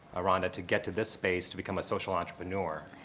ah rhonda, to get to this space to become a social entrepreneur?